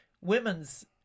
women's